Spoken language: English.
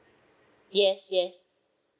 yes yes